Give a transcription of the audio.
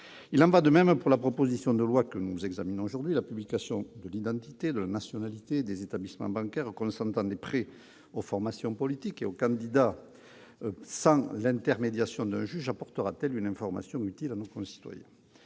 Il en va de même pour la proposition de loi que nous examinons aujourd'hui : la publication de l'identité et de la nationalité des établissements bancaires consentant des prêts aux formations politiques et aux candidats sans intermédiation d'un juge apportera-t-elle une information utile à nos concitoyens ?